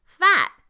fat